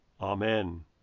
Amen